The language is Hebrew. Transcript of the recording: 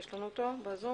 בבקשה.